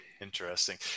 interesting